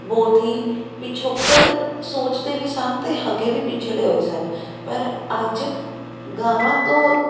ਬਹੁਤ ਹੀ ਪਿਛੋਕੜ ਸੋਚਦੇ ਵੀ ਸਨ ਅਤੇ ਹੈਗੇ ਵੀ ਪਿਛੜੇ ਹੋਏ ਸਨ ਪਰ ਅੱਜ ਗਾਵਾਂ ਤੋਂ